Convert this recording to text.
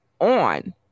on